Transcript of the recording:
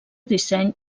disseny